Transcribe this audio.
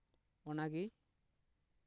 ᱚᱱᱟ ᱜᱮ